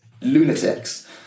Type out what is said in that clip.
lunatics